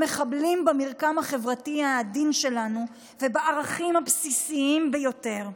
הם מחבלים במרקם החברתי העדין שלנו ובערכים הבסיסיים ביותר,